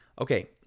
okay